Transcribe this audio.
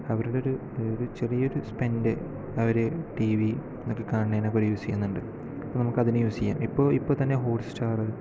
അവരുടെ ഒരു ചെറിയൊരു സ്പെൻഡ് അവർ ടിവി കാണുന്നതിനൊക്കെ യൂസ് ചെയ്യുന്നുണ്ട് അപ്പോൾ നമുക്ക് അതിനു യൂസ് ചെയ്യാം ഇപ്പോൾ ഇപ്പോൾ തന്നെ ഹോട്ട്സ്റ്റാറ്